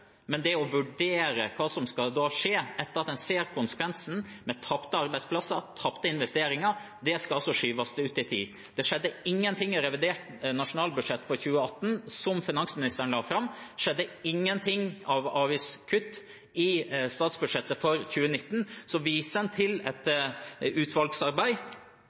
men det å vurdere hva som da skal skje, etter at en ser konsekvensene, med tapte arbeidsplasser, tapte investeringer, skal altså skyves ut i tid. Det skjedde ingenting i revidert nasjonalbudsjett for 2018, som finansministeren la fram, det skjedde ingenting med hensyn til avgiftskutt i statsbudsjettet for 2019. Så viser en til et utvalgsarbeid.